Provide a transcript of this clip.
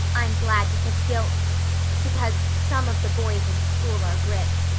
i'm glad because gil because some of the boys in school are grits.